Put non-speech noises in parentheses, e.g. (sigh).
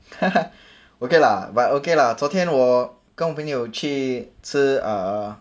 (laughs) okay lah but okay lah but 昨天我跟朋友去吃 err